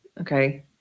Okay